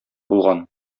булган